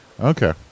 Okay